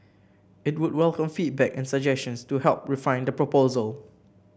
it would welcome feedback and suggestions to help refine the proposals